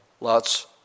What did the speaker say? Lot's